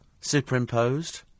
superimposed